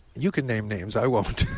you can name names. i won't.